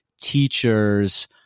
teachers